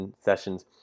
sessions